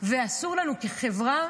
ואסור לנו כחברה